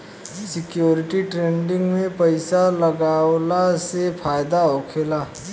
security trading में पइसा लगावला से फायदा होखेला